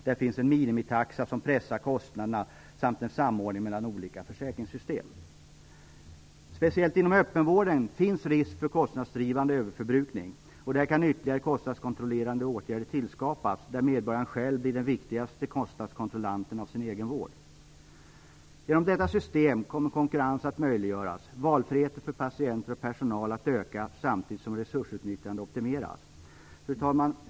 Där finns en minimitaxa som pressar kostnaderna samt en samordning mellan olika försäkringssystem. Speciellt inom öppenvården finns risk för kostnadsdrivande överförbrukning. Där kan ytterligare kostnadskontrollerande åtgärder tillskapas, där medborgaren själv blir den viktigaste kostnadskontrollanten av sin egen vård. Genom detta system kommer konkurrens att möjliggöras och valfrihet för patienter och personal att öka samtidigt som resursutnyttjande optimeras. Fru talman!